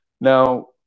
now